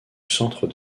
centre